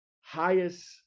highest